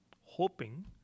hoping